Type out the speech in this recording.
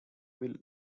will